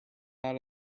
out